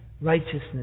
righteousness